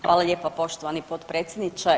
Hvala lijepo poštovani potpredsjedniče.